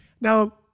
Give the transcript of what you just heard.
Now